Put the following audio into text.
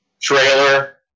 trailer